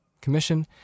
commission